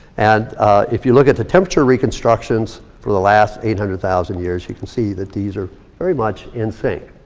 and if you look at the temperature reconstuctions for the last eight hundred thousand years, you can see that these are very much in sync.